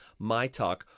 MYTALK